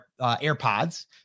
AirPods